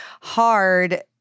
hard